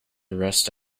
rust